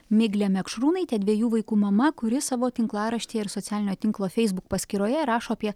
miglė mekšriūnaitė dviejų vaikų mama kuri savo tinklaraštyje ir socialinio tinklo facebook paskyroje rašo apie